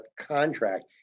contract